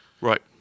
Right